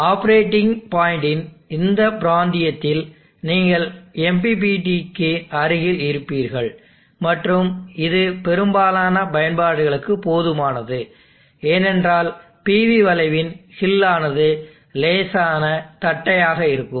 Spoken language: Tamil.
ஆப்பரேட்டிங் பாயிண்ட்டின் இந்த பிராந்தியத்தில் நீங்கள் MPPT க்கு அருகில் இருப்பீர்கள் மற்றும் இது பெரும்பாலான பயன்பாடுகளுக்கு போதுமானது ஏனென்றால் PV வளைவின் ஹில் ஆனது லேசான தட்டையாக இருக்கும்